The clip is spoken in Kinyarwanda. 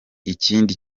ikindi